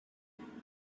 and